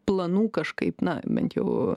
planų kažkaip na bent jau